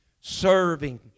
serving